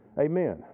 Amen